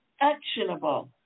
actionable